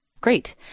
Great